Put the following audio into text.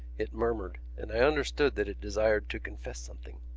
it murmured and i understood that it desired to confess something.